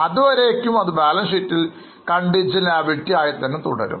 അതുവരേയ്ക്കും ഇത് ബാലൻസ് ഷീറ്റിൽ Contingent liability ആയി തന്നെ തുടരും